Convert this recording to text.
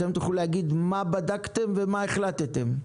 תוכלו להגיד מה בדקתם ומה החלטתם?